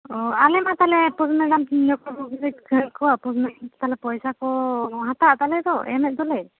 ᱚ ᱟᱞᱮ ᱢᱟ ᱛᱟᱦᱚᱞᱮ ᱯᱳᱥᱢᱮᱰᱟᱢ ᱡᱚᱠᱷᱚᱱ ᱯᱳᱥᱢᱮᱰᱟᱢ ᱛᱟᱞᱮ ᱯᱚᱭᱥᱟ ᱠᱚ ᱦᱟᱛᱟᱣ ᱮᱫ ᱛᱟᱞᱮ ᱫᱚ ᱮᱢᱮᱫ ᱫᱚᱞᱮ